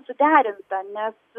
suderinta nes